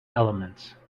elements